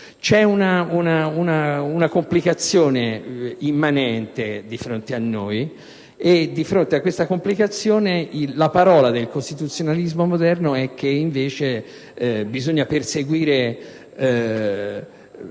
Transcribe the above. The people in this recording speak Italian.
C'è una complicazione immanente di fronte a noi e, di fronte a questa complicazione, la parola del costituzionalismo moderno è che invece bisogna perseguire